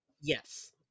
Yes